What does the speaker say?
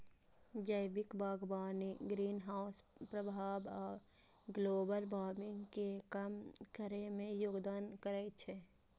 जैविक बागवानी ग्रीनहाउस प्रभाव आ ग्लोबल वार्मिंग कें कम करै मे योगदान करै छै